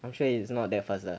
I'm sure it's not that fast lah